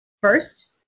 First